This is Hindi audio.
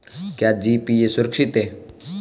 क्या जी.पी.ए सुरक्षित है?